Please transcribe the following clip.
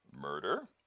murder